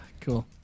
Cool